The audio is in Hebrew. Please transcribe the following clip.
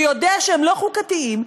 ויודע שהם לא חוקתיים,